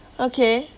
okay